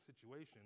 situation